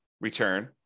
return